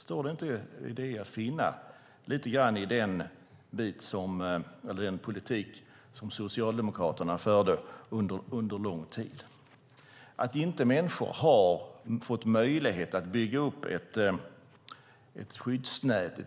Står det inte att finna i den politik som Socialdemokraterna förde under lång tid? Att människor inte har fått möjlighet att bygga upp ett